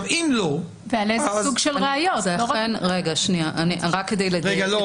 רק כדי לדייק.